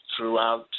throughout